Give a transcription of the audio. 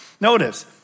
Notice